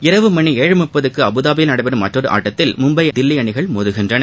இரவு மணி ஏழு முப்பதுக்கு அபுதாயில் நடைபெறும் மற்றொரு ஆட்டத்தில் மும்பை தில்லி அணிகள் மோதுகின்றன